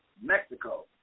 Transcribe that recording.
Mexico